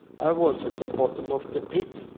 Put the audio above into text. i was at the bottom of the pit.